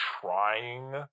trying